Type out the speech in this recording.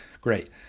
Great